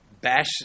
bash